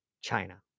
China